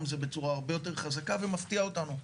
זה בצורה הרבה יותר חזקה ומפתיעה אותנו,